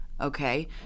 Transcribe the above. Okay